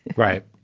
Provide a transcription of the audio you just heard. right.